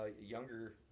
younger